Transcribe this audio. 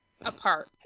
apart